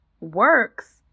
works